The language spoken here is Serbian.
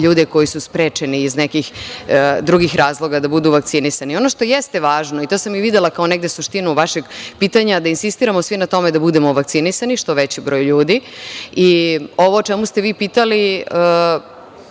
ljude koji su sprečeni iz nekih drugih razloga da budu vakcinisani. Ono što jeste važno i to sam i videla kao negde suštinu vašeg pitanja, da insistiramo svi na tome da budemo vakcinisani što veći broj ljudi i ovo o čemu ste vi pitali